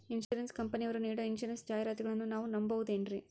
Insurance ಕಂಪನಿಯರು ನೀಡೋ insurance ಜಾಹಿರಾತುಗಳನ್ನು ನಾವು ನಂಬಹುದೇನ್ರಿ?